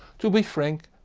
to be frank,